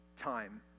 time